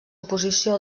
oposició